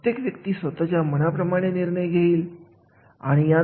अशा उद्योगांमध्ये अशा कर्मचाऱ्यांचे महत्व खूप असते